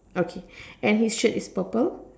okay and his shirt is purple